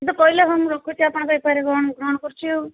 ସେ ତ କହିଲେ ହଁ ମୁଁ ରଖୁଛି ଆପଣଙ୍କ ଏଫ୍ ଆଇ ଆର୍ ଗ୍ରହଣ ଗ୍ରହଣ କରୁଛି ଆଉ